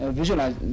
visualize